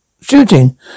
shooting